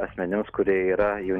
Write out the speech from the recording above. asmenims kurie yra jų